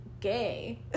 gay